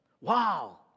Wow